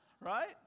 Right